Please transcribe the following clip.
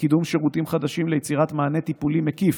לקידום שירותים חדשים ליצירת מענה טיפולי מקיף,